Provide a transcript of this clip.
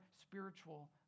spiritual